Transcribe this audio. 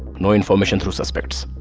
no information through suspects.